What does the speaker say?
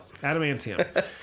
Adamantium